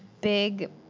big